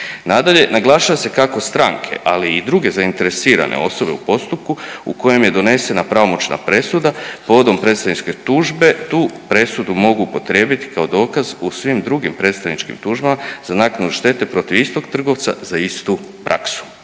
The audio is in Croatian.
Nadalje, naglašava se kako stranke, ali i druge zainteresirane osobe u postupku u kojem je donesena pravomoćna presuda povodom predstavničke tužbe tu presudu mogu upotrijebiti kao dokaz u svim drugim predstavničkim tužbama za naknadu štete protiv istog trgovca za istu praksu.